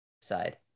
side